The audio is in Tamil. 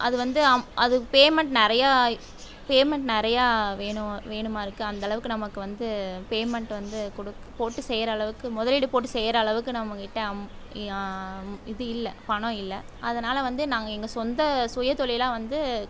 அது வந்து அது பேமெண்ட் நிறையா பேமெண்ட் நிறையா வேணும் வேணுமாம் இருக்குது அந்தளவுக்கு நமக்கு வந்து பேமெண்ட் வந்து குடுக் போட்டு செய்கிற அளவுக்கு முதலீடு போட்டு செய்கிற அளவுக்கு நம்மகிட்ட அம் இது இல்லை பணம் இல்லை அதனால் வந்து நாங்கள் எங்கள் சொந்த சுயதொழிலாக வந்து